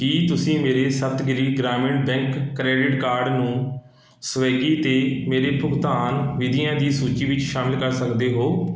ਕੀ ਤੁਸੀਂ ਮੇਰੇ Saptagiri Grameen bank credit card ਨੂੰ ਸਵਿਗੀ 'ਤੇ ਮੇਰੇ ਭੁਗਤਾਨ ਵਿਧੀਆਂ ਦੀ ਸੂਚੀ ਵਿੱਚ ਸ਼ਾਮਲ ਕਰ ਸਕਦੇ ਹੋ